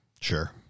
Sure